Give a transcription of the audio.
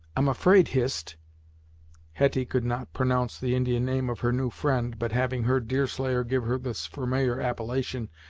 i'm afraid, hist hetty could not pronounce the indian name of her new friend, but having heard deerslayer give her this familiar appellation,